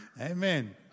Amen